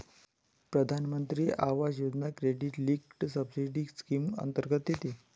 प्रधानमंत्री आवास योजना क्रेडिट लिंक्ड सबसिडी स्कीम अंतर्गत येते